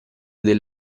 del